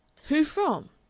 who from?